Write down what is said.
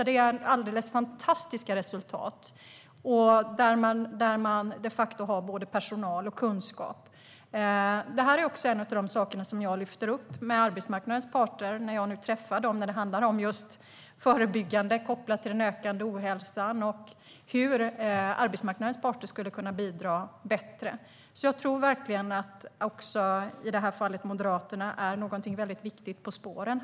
Det är alldeles fantastiska resultat, där man har både personal och kunskap. Detta är också en av de saker som jag lyfter fram när jag träffar arbetsmarknadens parter och det handlar om just förebyggande arbete kopplat till den ökande ohälsan och hur arbetsmarknadens parter skulle kunna bidra bättre. Därför tror jag verkligen att Moderaterna i detta fall är någonting mycket viktigt på spåren.